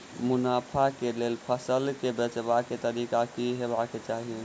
मुनाफा केँ लेल फसल केँ बेचबाक तरीका की हेबाक चाहि?